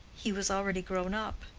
he was already grown up.